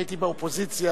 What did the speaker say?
כשהייתי באופוזיציה,